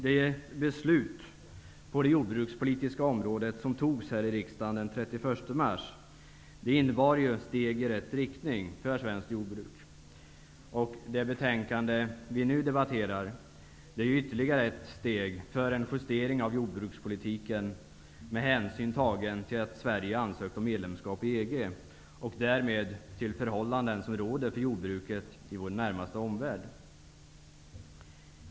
Det beslut på det jordbrukspolitiska området som fattades här i riksdagen den 31 mars innebar ett steg i rätt riktning för svenskt jordbruk. Det betänkande vi nu behandlar är ytterligare ett steg mot en justering av jordbrukspolitiken med hänsyn till att Sverige ansökt om medlemskap i EG och till de förhållanden som råder för jordbruket i vår närmaste omvärld.